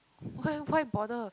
why why bother